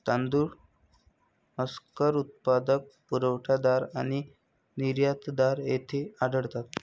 तांदूळ हस्कर उत्पादक, पुरवठादार आणि निर्यातदार येथे आढळतात